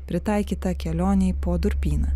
pritaikytą kelionei po durpyną